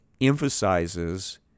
emphasizes